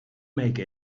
make